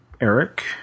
Eric